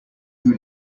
who